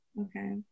Okay